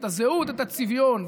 את הזהות והצביון.